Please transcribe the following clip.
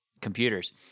computers